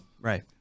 Right